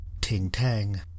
ting-tang